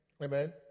Amen